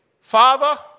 Father